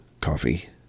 coffee